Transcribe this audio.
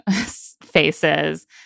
faces